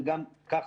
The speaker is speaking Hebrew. וגם כך